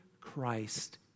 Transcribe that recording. Christ